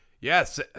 Yes